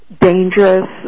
dangerous